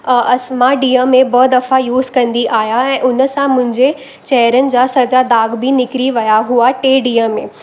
अ अस मां ॾींहुं में ॿ दफ़ा यूस कंदी आहियां ऐं उनसां मुंहिंजे चहिरनि जा सॼा दाग़ बि निकिरी विया हुआ टे ॾींहं में